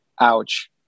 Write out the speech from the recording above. ouch